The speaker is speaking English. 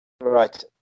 Right